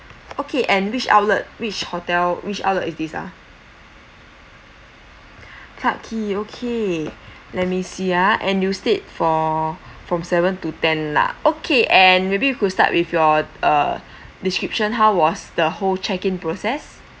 okay and which outlet which hotel which outlet is this ah clarke quay okay let me see ah and you stayed for from seven to ten lah okay and maybe you could start with your uh description how was the whole check in process